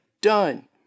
done